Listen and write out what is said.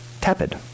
tepid